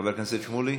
חבר הכנסת שמולי,